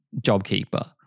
JobKeeper